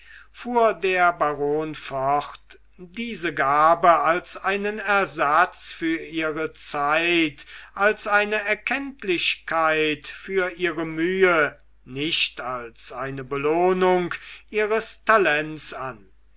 fuhr der baron fort diese gabe als einen ersatz für ihre zeit als eine erkenntlichkeit für ihre mühe nicht als eine belohnung ihres talents an